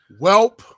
Welp